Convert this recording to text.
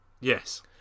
Yes